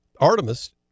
artemis